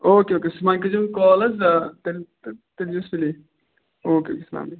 او کے او کے صُبحَن کٔرزیو مےٚ کال حظ تیٚلہِ تہٕ تیٚلہِ یِیزیو سُلے او کے السَلام علیکُم